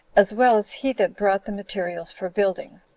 as well as he that brought the materials for building.